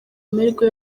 amahirwe